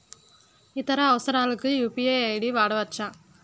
ఇతర అవసరాలకు UPI ID వాడవచ్చా?